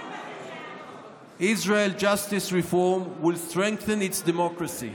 בניוזוויק: Israel's Judicial Reform Will Strengthen Its Democracy.